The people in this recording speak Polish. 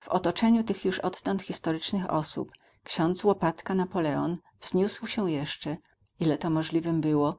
w otoczeniu tych już odtąd historycznych osób ksiądz łopatka napoleon wzniósł się jeszcze ile to możliwym było